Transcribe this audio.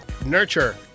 Nurture